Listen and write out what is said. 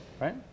right